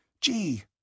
Gee